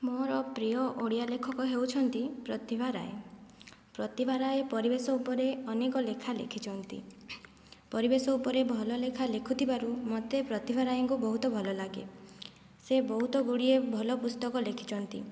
ମୋର ପ୍ରିୟ ଓଡ଼ିଆ ଲେଖକ ହେଉଛନ୍ତି ପ୍ରତିଭା ରାୟ ପ୍ରତିଭା ରାୟ ପରିବେଶ ଉପରେ ଅନେକ ଲେଖା ଲେଖିଛନ୍ତି ପରିବେଶ ଉପରେ ଭଲ ଲେଖା ଲେଖୁଥିବାରୁ ମୋତେ ପ୍ରତିଭା ରାୟଙ୍କୁ ବହୁତ ଭଲ ଲାଗେ ସେ ବହୁତ ଗୁଡ଼ିଏ ଭଲ ପୁସ୍ତକ ଲେଖିଛନ୍ତି